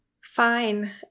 fine